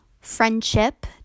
friendship